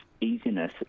easiness